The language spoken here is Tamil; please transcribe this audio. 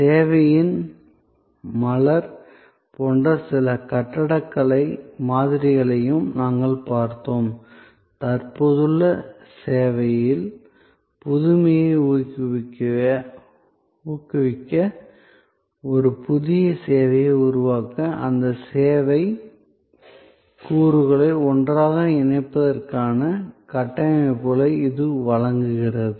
சேவையின் மலர் போன்ற சில கட்டடக்கலை மாதிரிகளையும் நாங்கள் பார்த்தோம் தற்போதுள்ள சேவையில் புதுமையை ஊக்குவிக்க ஒரு புதிய சேவையை உருவாக்க அந்த சேவை கூறுகளை ஒன்றாக இணைப்பதற்கான கட்டமைப்புகளை இது வழங்குகிறது